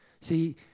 See